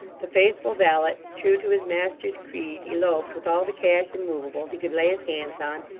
the faithful valet, true to his master's creed, eloped with all the cash and movables he could lay his hands on,